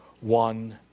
one